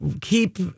keep